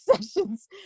sessions